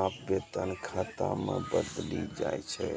आप वेतन खाता मे बदली जाय छै